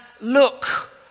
look